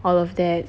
all of that